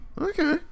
Okay